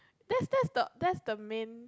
that's that's the that's the main